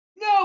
No